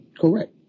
correct